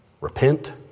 Repent